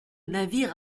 navire